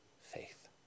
faith